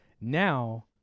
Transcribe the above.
Now